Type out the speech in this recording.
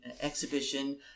exhibition